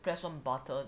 press on buttons